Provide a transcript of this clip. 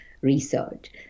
research